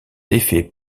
défait